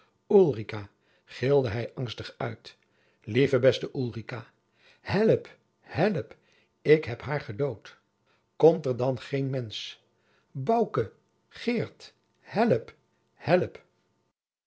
gilde hij angstig uit lieve beste ulrica help help ik heb haar gedood komt er dan geen mensch bouke geert help help